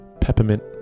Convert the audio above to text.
peppermint